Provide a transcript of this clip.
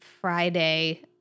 Friday